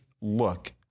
look